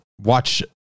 watch